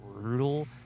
brutal